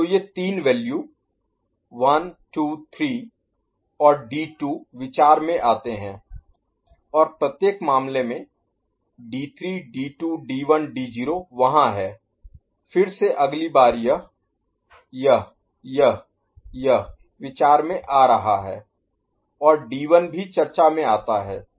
तो ये तीन वैल्यू 1 2 3 और D2 विचार में आते हैं और प्रत्येक मामले में d3 d2 d1 d0 वहाँ है फिर से अगली बार यह यह यह यह विचार में आ रहा है और D1 भी चर्चा में आता है